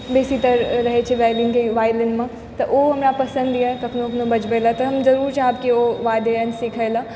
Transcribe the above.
बेसीतर रहै छै वाइलिनमे तऽ ओ हमरा पसन्द यऽ कखनो कखनो बजबै लए तऽ हम जरूर चाहब कि ओ वाद्य यन्त्र सिखै लऽ